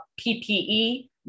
PPE